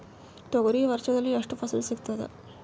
ತೊಗರಿ ವರ್ಷದಲ್ಲಿ ಎಷ್ಟು ಫಸಲ ಸಿಗತದ?